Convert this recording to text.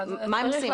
אז מה הם עושים?